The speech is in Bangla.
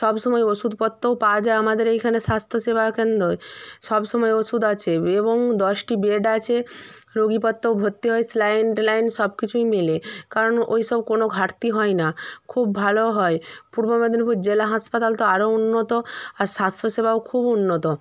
সব সময় ওষুদপত্রও পাওয়া যায় আমাদের এইখানে স্বাস্থ্যসেবা কেন্দ্রয়ে সব সময় ওষুধ আছে এবং দশটি বেড আছে রোগীপত্রও ভর্তি হয় সেলাইন টেলাইন সব কিছুই মেলে কারণ ওই সব কোনো ঘাটতি হয় না খুব ভালো হয় পূর্ব মেদিনীপুর জেলা হাসপাতাল তো আরো উন্নত আর স্বাস্থ্যসেবাও খুব উন্নত